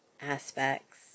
aspects